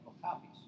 copies